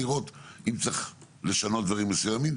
לראות אם צריך לשנות דברים מסוימים,